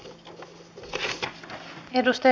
arvoisa puhemies